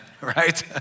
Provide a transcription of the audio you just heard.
right